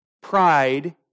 Pride